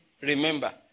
remember